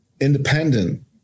independent